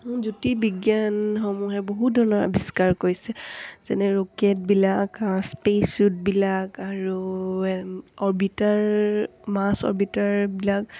জ্যোতি বিজ্ঞানসমূহে বহু ধৰণৰ আৱিষ্কাৰ কৰিছে যেনে ৰকেটবিলাক স্পেচুটবিলাক আৰু অৰ্বিটাৰ মাছ অৰ্বিটাৰবিলাক